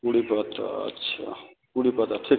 কুড়ি পাতা আচ্ছা কুড়ি পাতা ঠিক